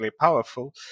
powerful